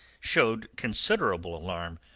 showed considerable alarm,